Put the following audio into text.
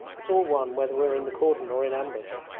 it's all one whether we're in the cordon or in ambush.